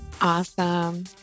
Awesome